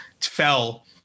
fell